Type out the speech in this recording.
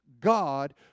God